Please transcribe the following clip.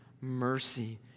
mercy